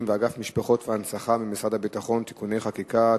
ואגף משפחות והנצחה במשרד הביטחון (תיקון חקיקה),